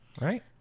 right